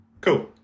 Cool